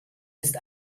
ist